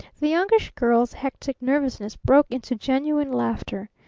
the youngish girl's hectic nervousness broke into genuine laughter.